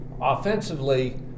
offensively